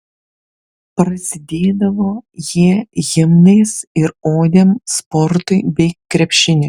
prasidėdavo jie himnais ir odėm sportui bei krepšiniui